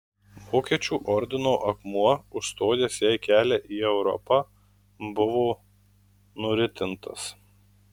vokiečių ordino akmuo užstojęs jai kelią į europą buvo nuritintas